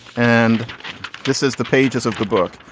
and this is the pages of the book.